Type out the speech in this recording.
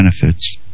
benefits